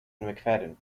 mcfadden